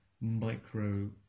micro